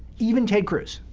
even ted cruz.